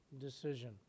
decision